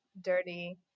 dirty